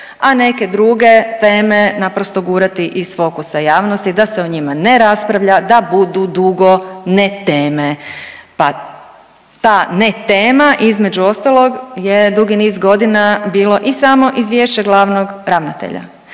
a neke druge teme naprosto gurati iz fokusa javnosti da se o njima ne raspravlja, da budu dugo neteme, pa ta netema, između ostalog je dugi niz godina bilo i samo izvješće glavnog ravnatelja.